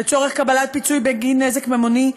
לצורך קבלת פיצוי בגין נזק ממוני,